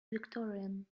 victorian